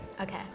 Okay